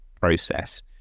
process